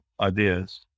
ideas